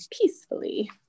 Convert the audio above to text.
peacefully